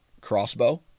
crossbow